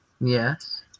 Yes